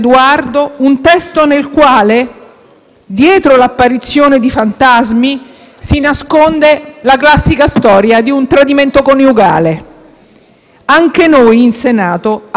dietro l'apparizione di fantasmi, si nasconde la classica storia di un tradimento coniugale. Anche noi in Senato abbiamo da oggi dei fantasmi.